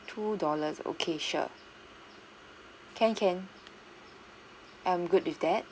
two dollars okay sure can can I'm good with that